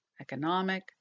economic